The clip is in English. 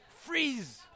Freeze